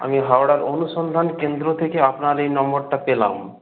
আমি হাওড়ার অনুসন্ধান কেন্দ্র থেকে আপনার এই নম্বরটা পেলাম